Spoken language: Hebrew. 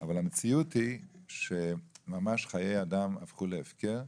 אבל המציאות היא שחיי אדם ממש הפכו להפקר.